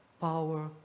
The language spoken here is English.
power